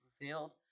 revealed